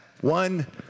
one